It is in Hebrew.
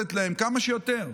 הטבות, לתת להם כמה שיותר.